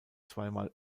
zweimal